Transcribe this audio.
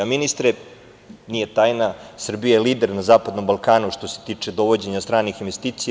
Ministre, nije tajna, Srbija je lider na zapadnom Balkanu što se tiče dovođenja stranih investicija.